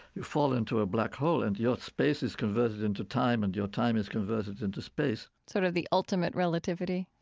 you fall into a black hole and your space is converted into time and your time is converted into space sort of the ultimate relativity?